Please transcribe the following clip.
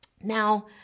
Now